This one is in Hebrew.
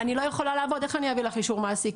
אני לא יכולה לעבוד איך אני אביא לך אישור מעסיק?